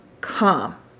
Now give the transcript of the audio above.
come